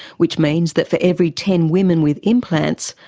which means that for every ten women with implants,